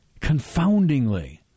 confoundingly